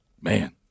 man